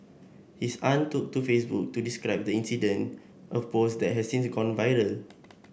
his aunt took to Facebook to describe the incident a post that has since gone viral